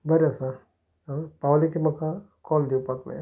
बरें आसा पावले की म्हाका कॉल दिवपाक लायात